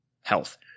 health